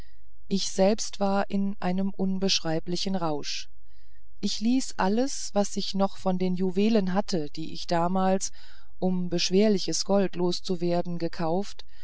ich selber war in einem unbeschreiblichen rausch ich ließ alles was ich noch von den juwelen hatte die ich damals um beschwerliches gold los zu werden gekauft